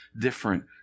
different